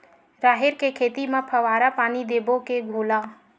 राहेर के खेती म फवारा पानी देबो के घोला?